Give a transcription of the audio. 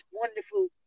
wonderful